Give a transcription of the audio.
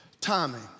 timing